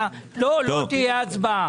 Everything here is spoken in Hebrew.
ראש ועדת כספים של מרכז שלטון מקומי.